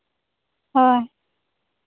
ᱦᱳᱭ